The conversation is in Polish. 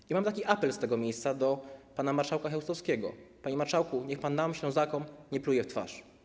I mam taki apel z tego miejsca do pana marszałka Chełstowskiego: Panie marszałku, niech pan nam, Ślązakom nie pluje w twarz.